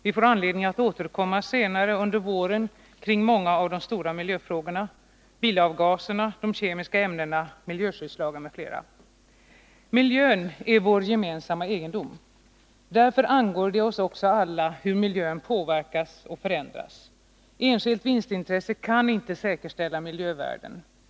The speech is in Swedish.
Vi får anledning att återkomma senare under våren till många av de stora miljöfrågorna: bilavgaser, de kemiska ämnena, miljöskyddslagen m.m. Miljön är vår gemensamma egendom. Därför angår det också oss alla hur miljön påverkas och förändras. Enskilt vinstintresse kan inte säkerställa miljövärden.